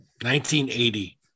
1980